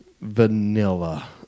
vanilla